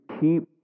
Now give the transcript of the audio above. keep